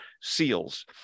seals